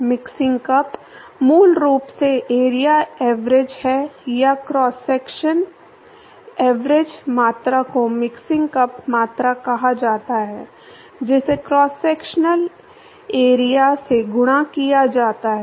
mixing cup मूल रूप से एरिया एवरेज है या क्रॉस सेक्शनल एवरेज मात्रा को मिक्सिंग कप मात्रा कहा जाता है जिसे क्रॉस सेक्शनल एरिया से गुणा किया जाता है